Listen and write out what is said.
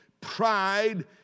pride